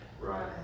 Right